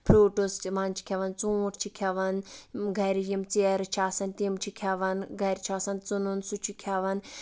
fruits تہِ منٛزٕ چھِ کھٮ۪وان ژوٗنٹھ چھِ کھٮ۪وان گرِ یِم ژیرٕ چھِ آسان تِم چھِ کھٮ۪وان گرِ چھُ آسان ژَنُن سُہ چھِ کھٮ۪وان